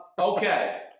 Okay